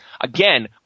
Again